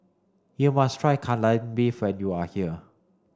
you must try Kai Lan beef when you are here